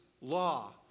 law